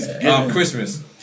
Christmas